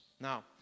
Now